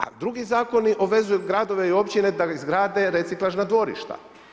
A drugi zakoni obvezuju gradove i općine da izgrade reciklažna dvorišta.